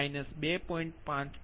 તમને P2 scheduled 2